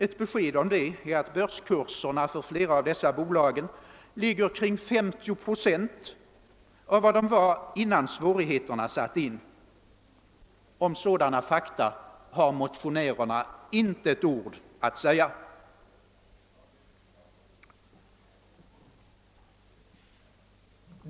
Ett belägg för detta är att börskurserna för flera av dessa bolag ligger vid omkring 50 procent av vad de var innan svårigheterna satte in. Om dessa fakta har motionärerna inte ett ord att säga.